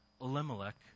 Elimelech